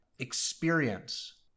experience